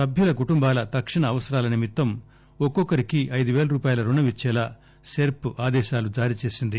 సభ్యుల కుటుంబాల తక్షణ అవసరాల నిమిత్తం ఒక్స్ క్కరికి ఐదుపేల రూపాయల రుణం యిచ్చేలా సెర్చ్ అదేశాలు జారీ చేసింది